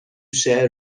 شعر